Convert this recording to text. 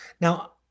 Now